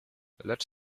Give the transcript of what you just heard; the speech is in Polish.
lecz